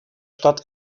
stadt